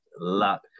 luck